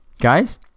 guys